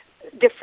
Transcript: different